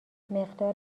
مقدار